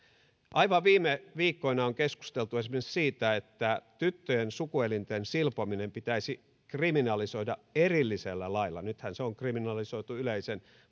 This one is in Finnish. aivan viime viikkoina on keskusteltu esimerkiksi siitä että tyttöjen sukuelinten silpominen pitäisi kriminalisoida erillisellä lailla nythän se on kriminalisoitu yleisen